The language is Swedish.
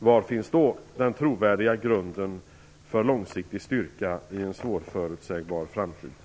Var finns då den trovärdiga grunden för långsiktig styrka i en svårförutsägbar framtid?